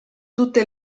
tutte